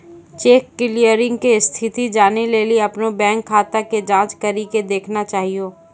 cheque clearing के स्थिति जानै लेली अपनो बैंक खाता के जांच करि के देखना चाहियो